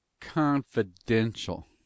confidential